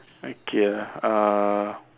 okay ah uh